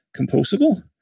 composable